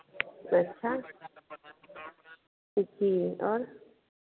अच्छा जी और